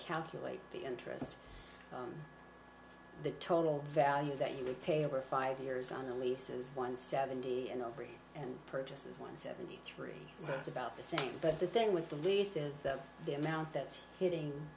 calculate the interest on the total value that you would pay over five years on the leases one seventy and over and purchases one seventy three that's about the same but the thing with the lease is that the amount that's hitting